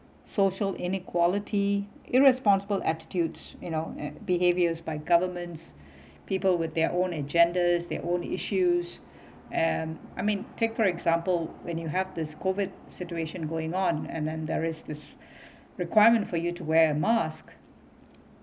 social inequality irresponsible attitudes you know it behaviors by governments people with their own agenda their own issues and I mean take for example when you have this COVID situation going on and then there is this requirement for you to wear a mask